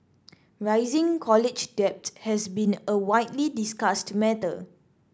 rising college debt has been a widely discussed matter